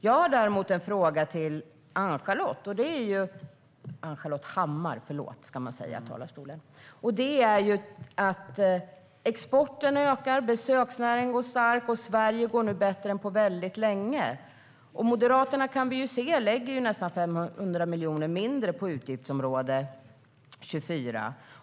Jag har däremot en fråga till dig, Ann-Charlotte - Ann-Charlotte Hammar Johnsson, ska man säga i talarstolen. Förlåt! Exporten ökar, besöksnäringen går starkt och Sverige går bättre än på väldigt länge. Moderaterna, kan vi ju se, lägger nästan 500 miljoner mindre på utgiftsområde 24.